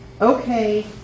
Okay